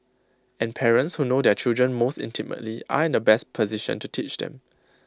and parents who know their children most intimately are in the best position to teach them